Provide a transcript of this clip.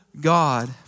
God